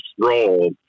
role